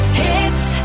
hits